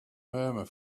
murmur